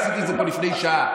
עשיתי את זה פה לפני שעה.